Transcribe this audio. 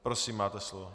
Prosím, máte slovo.